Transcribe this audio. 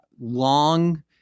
long